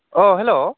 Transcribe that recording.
अ हेल'